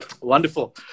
Wonderful